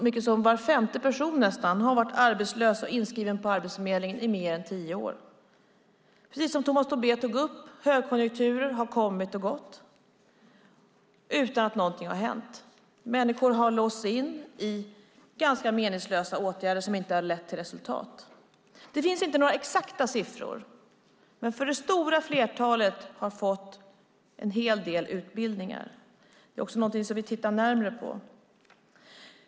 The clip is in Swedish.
Nästan var femte person har varit arbetslös och inskriven på Arbetsförmedlingen i mer än tio år. Precis som Tomas Tobé tog upp har högkonjunkturer kommit och gått utan att någonting har hänt. Människor har låsts in i ganska meningslösa åtgärder som inte har lett till något resultat. Det finns inte några exakta siffror. Men det stora flertalet har fått en hel del utbildningar. Det är också någonting som vi tittar närmare på.